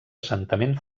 assentament